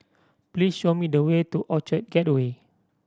please show me the way to Orchard Gateway